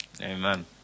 Amen